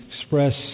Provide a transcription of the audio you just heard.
express